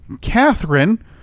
Catherine